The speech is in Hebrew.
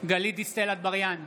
גלית דיסטל אטבריאן,